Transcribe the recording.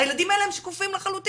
הילדים האלה הם שקופים לחלוטין,